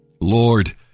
Lord